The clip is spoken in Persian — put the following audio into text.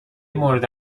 مورد